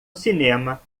cinema